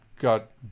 Got